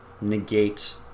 negate